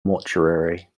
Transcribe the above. mortuary